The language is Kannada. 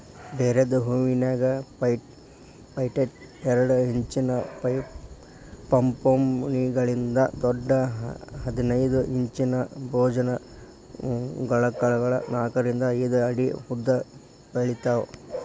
ಡೇರೆದ್ ಹೂವಿನ್ಯಾಗ ಪೆಟೈಟ್ ಎರಡ್ ಇಂಚಿನ ಪೊಂಪೊಮ್ಗಳಿಂದ ದೊಡ್ಡ ಹದಿನೈದ್ ಇಂಚಿನ ಭೋಜನ ಫಲಕಗಳ ನಾಕರಿಂದ ಐದ್ ಅಡಿ ಉದ್ದಬೆಳಿತಾವ